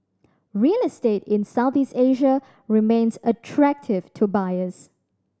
real estate in Southeast Asia remains attractive to buyers